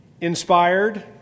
inspired